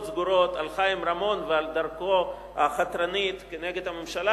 סגורות על חיים רמון ועל דרכו החתרנית כנגד הממשלה,